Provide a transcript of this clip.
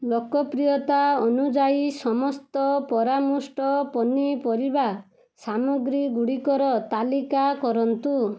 ଲୋକପ୍ରିୟତା ଅନୁଯାୟୀ ସମସ୍ତ ପରାମୁଷ୍ଟ ପନିପରିବା ସାମଗ୍ରୀ ଗୁଡ଼ିକର ତାଲିକା କରନ୍ତୁ